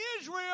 Israel